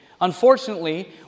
Unfortunately